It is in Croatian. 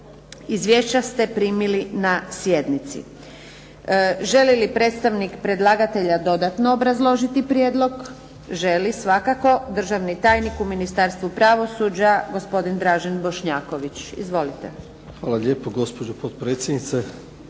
Izvješća ste primili na sjednici. Želi li predstavnik predlagatelja dodatno obrazložiti prijedlog? Želi svakako. Državni tajnik u Ministarstvu pravosuđa, gospodin Dražen Bošnjaković. Izvolite. **Bošnjaković, Dražen